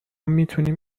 میتوانیم